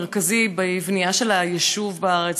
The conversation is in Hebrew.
מרכזי בבנייה של היישוב בארץ,